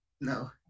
No